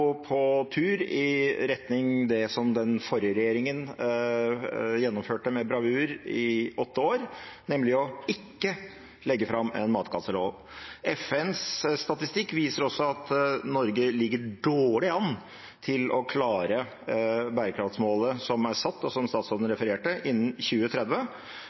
på tur i retning det som den forrige regjeringen gjennomførte med bravur i åtte år, nemlig ikke å legge fram en matkastelov. FNs statistikk viser også at Norge ligger dårlig an til å klare bærekraftsmålet som er satt, og som statsråden refererte, innen 2030.